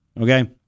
okay